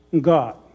God